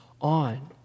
on